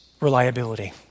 reliability